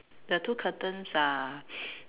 the two curtains are